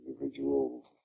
individual